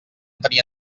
tenir